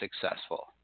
successful